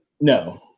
No